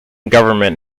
government